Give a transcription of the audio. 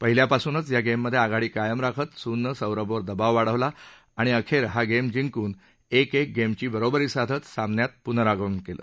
पहिल्यापासूनच या गेममध्ये आघाडी कायम राखत सूननं सौरभवर दबाव वाढवला आणि अखेर हा गेम जिंकून एक एक गेमची बरोबरी साधत सामन्यात पूनरागमन केलं